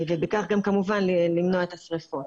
ובכך כמובן גם למנוע את השריפות.